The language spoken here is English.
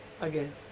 again